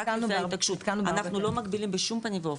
אנחנו לא מגבילים בשום פנים ואופן,